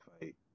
fight